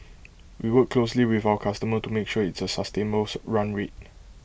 we work closely with our customer to make sure it's A sustainable run rate